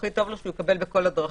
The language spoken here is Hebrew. הכי טוב לו שהוא יקבל בכל הדרכים,